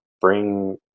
bring